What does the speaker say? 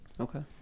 Okay